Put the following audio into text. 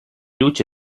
luce